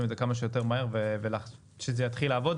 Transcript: את זה כמה שיותר מהר ושזה יתחיל לעבוד.